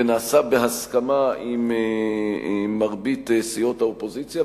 ונעשה בהסכמה עם מרבית סיעות האופוזיציה,